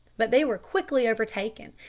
but they were quickly overtaken,